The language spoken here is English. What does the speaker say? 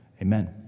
Amen